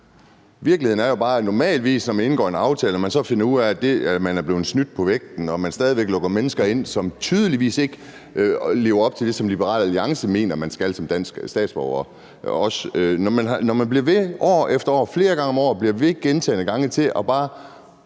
når man snakker om den. Når man indgår en aftale, og så finder ud af, at man er blevet snydt på vægten og der stadig lukkes mennesker ind, som tydeligvis ikke lever op til det, som også Liberal Alliance mener man skal for at blive dansk statsborger, altså når man år efter år flere gange om året bliver ved med bare at stemple